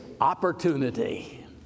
opportunity